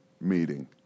meeting